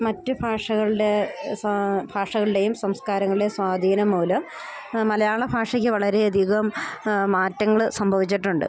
മറ്റ് ഭാഷകളുടെ ഭാഷകളുടെയും സംസ്കാരങ്ങളുടെ സ്വാധീനം മൂലം മലയാള ഭാഷയ്ക്ക് വളരെ അധികം മാറ്റങ്ങൾ സംഭവിച്ചിട്ടുണ്ട്